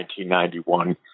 1991